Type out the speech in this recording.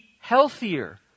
healthier